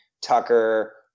Tucker